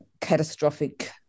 catastrophic